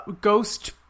ghost